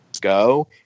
Go